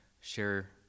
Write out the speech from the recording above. share